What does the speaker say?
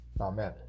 Amen